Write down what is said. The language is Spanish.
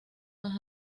más